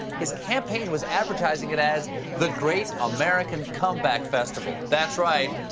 his campaign was advertising it as the great american comeback festival. that's right.